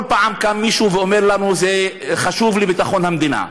כל פעם קם מישהו ואומר לנו: זה חשוב לביטחון המדינה.